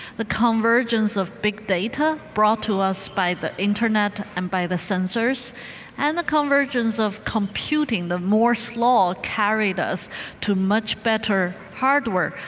the convergence of big data brought to you by the internet and by the sensors and the convergence of computing, the morse law carried us to much better hardware.